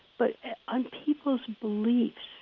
but on peoples' beliefs